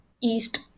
East